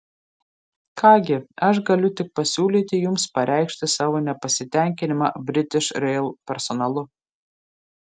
ką gi aš galiu tik pasiūlyti jums pareikšti savo nepasitenkinimą british rail personalu